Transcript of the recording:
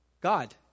God